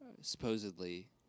supposedly